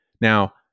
Now